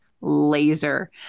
laser